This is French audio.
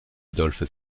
adolphe